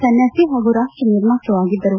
ಸನ್ಯಾಸಿ ಪಾಗೂ ರಾಷ್ಟ ನಿರ್ಮಾತೃ ಆಗಿದ್ದರು